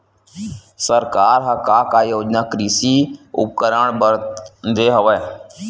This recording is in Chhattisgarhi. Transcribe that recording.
सरकार ह का का योजना कृषि उपकरण बर दे हवय?